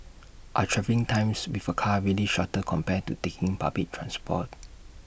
are travelling times with A car really shorter compared to taking public transport